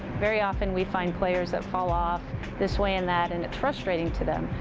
very often we find players that fall off this way and that and it's frustrating to them.